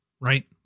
right